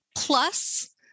plus